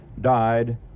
died